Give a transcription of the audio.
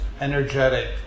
energetic